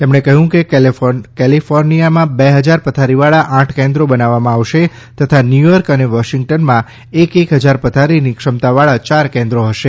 તેમણે કહ્યું કે કેલિફોર્નિયામાં બે હજાર પથારીવાળા આઠ કેન્દ્રો બનાવવામાં આવશે તથા ન્યૂયોર્ક અને વોશિંગ્ટનમાં એક એક હજાર પથારીની ક્ષમતાવાળા ચાર કેન્દ્રો હશે